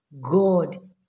God